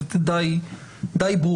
המאורגנת די ברורות.